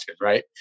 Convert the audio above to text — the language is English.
right